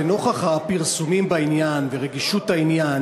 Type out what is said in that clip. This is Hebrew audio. לנוכח הפרסומים בעניין ורגישות העניין